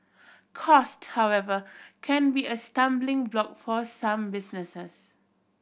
cost however can be a stumbling block for some businesses